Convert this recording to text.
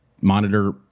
monitor